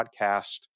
podcast